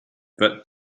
that